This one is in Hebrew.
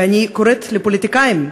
אני קוראת לפוליטיקאים,